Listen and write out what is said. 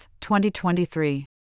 2023